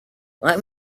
let